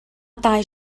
dau